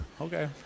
okay